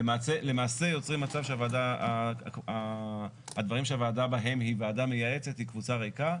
למעשה יוצרים מצב שהדברים שהוועדה בהם היא ועדה מייעצת היא קבוצה ריקה.